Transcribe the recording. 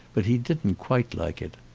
but he didn't quite like it.